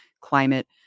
climate